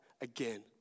again